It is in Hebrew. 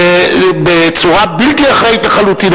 ובצורה בלתי אחראית לחלוטין.